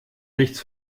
nichts